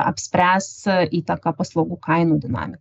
apspręs įtaką paslaugų kainų dinami